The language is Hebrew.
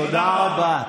תודה רבה.